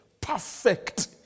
Perfect